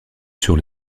sur